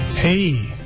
Hey